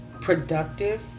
productive